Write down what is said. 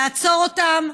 לעצור אותם,